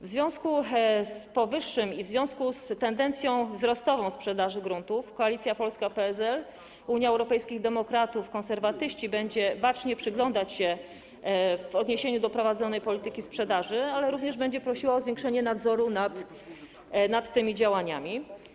W związku z powyższym i w związku z tendencją wzrostową sprzedaży gruntów Koalicja Polska - PSL, Unia Europejskich Demokratów, Konserwatyści będzie się bacznie przyglądać prowadzonej polityce sprzedaży, ale również będzie prosiła o zwiększenie nadzoru nad tymi działaniami.